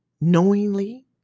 knowingly